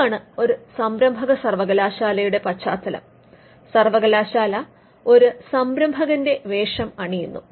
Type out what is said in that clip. ഇതാണ് ഒരു സംരഭകസർവ്വകലാശാലയുടെ പശ്ചാത്തലം സർവകലാശാല ഒരു സംരംഭകന്റെ വേഷം അണിയുന്നു